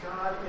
God